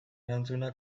erantzuna